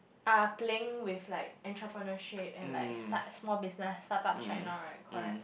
are playing with like entrepreneurship and like start small business startup channel right correct